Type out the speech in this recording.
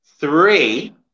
Three